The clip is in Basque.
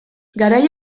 garai